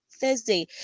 Thursday